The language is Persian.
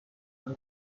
نمک